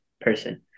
person